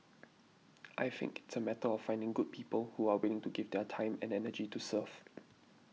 I think it's a matter of finding good people who are willing to give their time and energy to serve